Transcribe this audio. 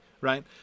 Right